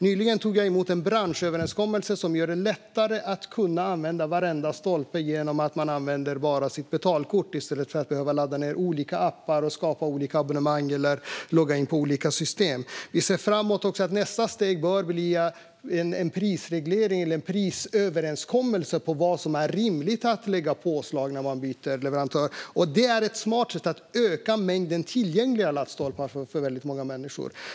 Nyligen tog jag emot en branschöverenskommelse som gör det lättare att använda varenda stolpe genom att bara använda sitt betalkort, i stället för att man ska behöva ladda ned olika appar, skapa olika abonnemang eller logga in i olika system. Vi ser också framåt. Nästa steg bör bli en prisreglering eller prisöverenskommelse för vad som är ett rimligt påslag när man byter leverantör. Det är ett smart sätt att öka mängden tillgängliga laddstolpar för många människor.